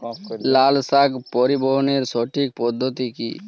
লালশাক পরিবহনের সঠিক পদ্ধতি কি?